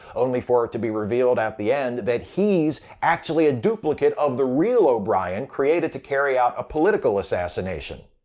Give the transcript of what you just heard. only for it to be revealed at the end that he's actually a duplicate of the real o'brien created to carry out a political assassination.